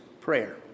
prayer